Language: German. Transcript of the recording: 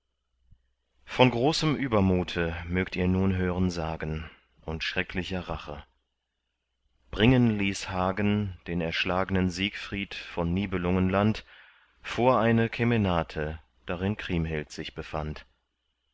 von großem übermute mögt ihr nun hören sagen und schrecklicher rache bringen ließ hagen den erschlagnen siegfried von nibelungenland vor eine kemenate darin kriemhild sich befand